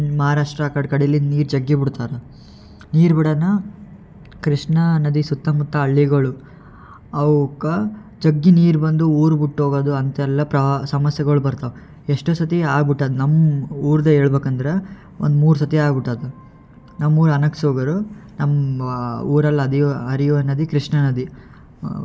ಮಹಾರಾಷ್ಟ್ರ ಕಡೆ ಕಡೆಲಿ ನೀರು ಜಗ್ಗಿ ಬಿಡ್ತಾರ ನೀರು ಬಿಡಾನ ಕೃಷ್ಣಾ ನದಿ ಸುತ್ತಮುತ್ತ ಹಳ್ಳಿಗಳು ಅವಕ್ಕ ಜಗ್ಗಿ ನೀರು ಬಂದು ಊರು ಬಿಟ್ ಹೋಗೋದು ಅಂಥೆಲ್ಲ ಪ್ರವ ಸಮಸ್ಯೆಗಳು ಬರ್ತಾವೆ ಎಷ್ಟೋ ಸರ್ತಿ ಆಗಿಬಿಟ್ಟದ್ ನಮ್ಮ ಊರ್ದೇ ಹೇಳ್ಬೇಕಂದ್ರ ಒಂದು ಮೂರು ಸರ್ತಿ ಆಗಿಬಿಟ್ಟದ ನಮ್ಮ ಊರು ಅನೆಕ್ಸೂಗೂರು ನಮ್ಮ ಊರಲ್ಲಿ ಅದಿಯೋ ಹರಿಯೋ ನದಿ ಕೃಷ್ಣಾ ನದಿ